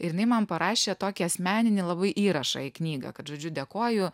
ir jinai man parašė tokį asmeninį labai įrašą į knygą kad žodžiu dėkoju